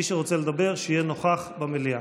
מי שרוצה לדבר, שיהיה נוכח במליאה.